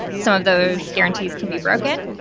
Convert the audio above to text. some of those guarantees can be broken.